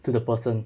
to the person